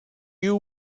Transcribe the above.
you